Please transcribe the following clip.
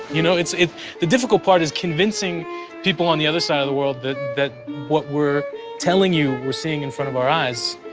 you know, it's it's the difficult part is convincing people on the other side of the world that that what we're telling you, we're seeing in front of our eyes,